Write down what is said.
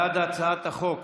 בעד הצעת חוק